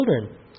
children